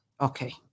Okay